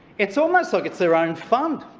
it's almost like it's their own fund.